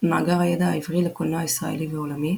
מאגר הידע העברי לקולנוע ישראלי ועולמי